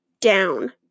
down